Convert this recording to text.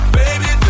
baby